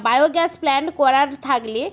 biogas plant করার থাকলে